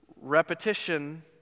Repetition